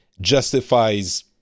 Justifies